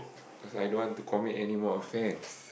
cause I don't want to commit anymore offence